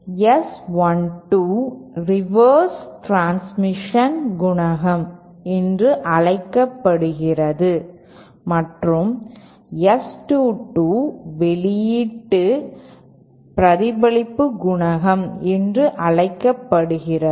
S 1 2 inverse transmission குணகம் என்று அழைக்கப்படுகிறது மற்றும் S 2 2 வெளியீட்டு பிரதிபலிப்பு குணகம் என்று அழைக்கப்படுகிறது